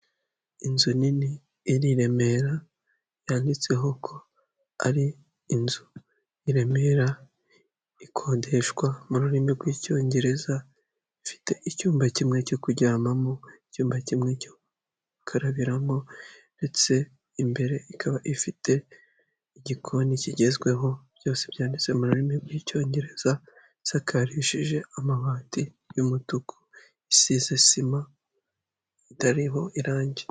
Inzu nini iri i Remera yanditseho ko ari inzu i Remera ikodeshwa mu rurimi rw'icyongereza, ifite icyumba kimwe cyo kuryamamo, icyumba kimwe cyo karabiramo ndetse imbere ikaba ifite igikoni kigezweho, byose byanditse mu rurimi rw'icyongereza, isakarishije amabati y'umutuku isize sima itariho irangi.